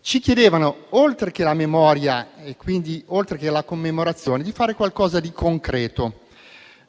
ci chiedevano, oltre la memoria e la commemorazione, di fare qualcosa di concreto.